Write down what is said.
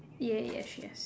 yeah yeah she has